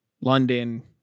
London